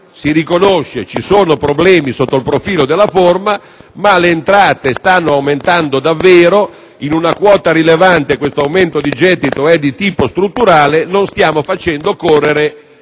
è vero che vi sono problemi sotto il profilo della forma, ma le entrate stanno aumentando davvero; in una quota rilevante questo aumento di gettito è di tipo strutturale, per cui non stiamo facendo correre,